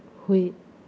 ꯍꯨꯏ